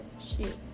shoot